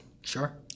Sure